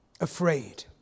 afraid